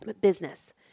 business